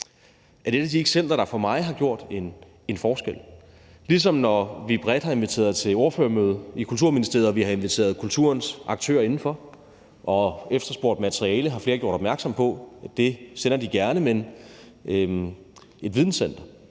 er det et af de eksempler, der for mig har gjort en forskel. Når vi bredt har inviteret til ordførermøde i Kulturministeriet og inviteret kulturens aktører indenfor og efterspurgt materiale, har flere gjort opmærksom på, at det sender de gerne, men at et videnscenter,